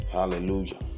hallelujah